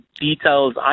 details